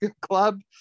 club